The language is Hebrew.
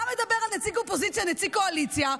אתה מדבר על נציג אופוזיציה ונציג קואליציה,